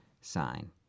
sign